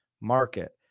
market